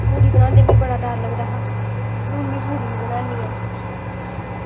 पूड़ी बनांदे मिगी बड़ा डर लगदा हा हून में पूड़ी बी बनानी आं